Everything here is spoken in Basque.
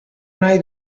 nahi